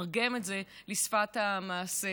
לתרגם את זה לשפת המעשה,